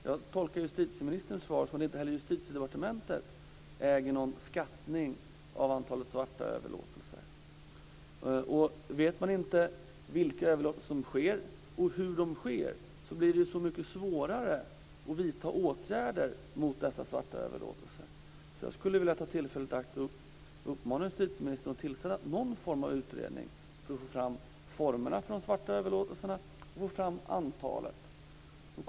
Jag tolkar justitieministerns svar att inte heller Justitiedepartementet äger någon skattning av antalet svarta överlåtelser. Vet man inte vilka överlåtelser som sker och hur de sker, blir det så mycket svårare att vidta åtgärder mot dessa svarta överlåtelser. Jag vill ta tillfället i akt att uppmana justitieministern att tillsätta någon form av utredning för att komma fram till formerna av svarta överlåtelser och antalet svarta överlåtelser.